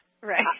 Right